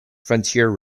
frontier